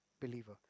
believer